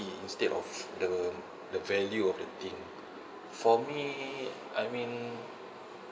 instead of the the value of the thing for me I mean